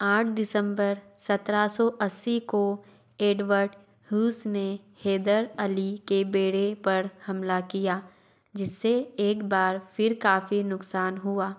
आँठ दिसम्बर सत्रह सौ अस्सी को एडवर्ड हूस ने हैदर अली के बेड़े पर हमला किया जिससे एक बार फ़िर काफ़ी नुकसान हुआ